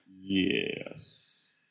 Yes